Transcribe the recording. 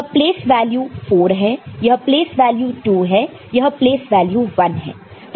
यह place value 4 है यह प्लेस वैल्यू 2 है यह प्लेस वैल्यू 1 है